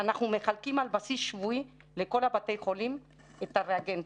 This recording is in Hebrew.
אנחנו מחלקים על סביב שבועי לכל בתי החולים את הריאגנטים,